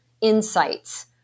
insights